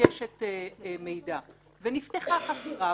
ומבקשת מידע ונפתחה חקירה,